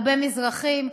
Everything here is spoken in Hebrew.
הרבה מזרחים,